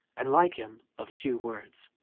and like him, of few words,